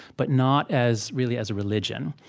but not as, really, as a religion.